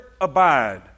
abide